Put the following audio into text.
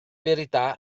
verità